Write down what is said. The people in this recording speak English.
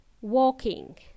walking